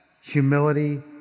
humility